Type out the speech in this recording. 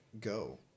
go